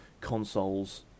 consoles